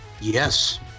Yes